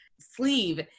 sleeve